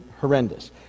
horrendous